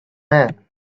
man